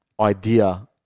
idea